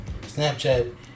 Snapchat